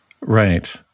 Right